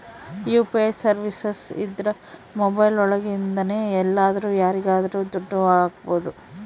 UPI services ಇದ್ರ mobile ಒಳಗಿಂದನೆ ಎಲ್ಲಾದ್ರೂ ಯಾರಿಗಾದ್ರೂ ದುಡ್ಡು ಹಕ್ಬೋದು